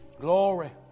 glory